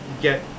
get